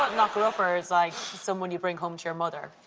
knocker-upper was, like, someone you bring home to your mother.